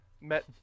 met